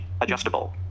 adjustable